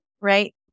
right